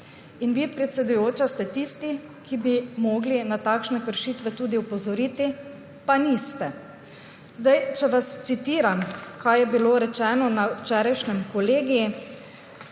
Vi, predsedujoča, ste tisti, ki bi morali na takšne kršitve opozoriti, pa niste. Če vas citiram, kaj je bilo rečeno na včerajšnjem kolegiju: